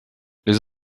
les